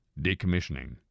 decommissioning